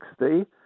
60